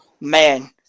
man